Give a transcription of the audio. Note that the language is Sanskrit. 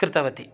कृतवती